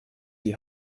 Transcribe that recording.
die